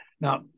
Now